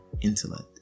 intellect